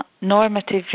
normative